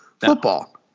football